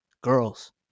girls